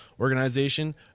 organization